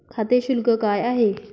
खाते शुल्क काय आहे?